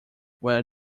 where